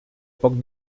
poc